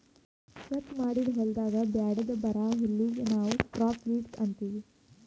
ಸ್ವಚ್ ಮಾಡಿದ್ ಹೊಲದಾಗ್ ಬ್ಯಾಡದ್ ಬರಾ ಹುಲ್ಲಿಗ್ ನಾವ್ ಕ್ರಾಪ್ ವೀಡ್ಸ್ ಅಂತೀವಿ